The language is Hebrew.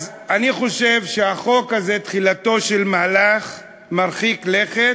אני חושב שהחוק הזה הוא תחילתו של מהלך מרחיק לכת,